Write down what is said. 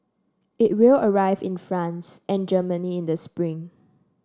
it will arrive in France and Germany in the spring